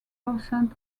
percent